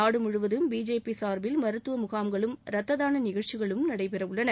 நாடு முழுவதும் பிஜேபி சார்பில மருத்துவ முகாம்களும் ரத்தரான நிகழ்ச்சிகளும் நடைபெறவுள்ளன